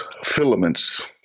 filaments